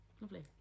Lovely